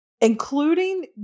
including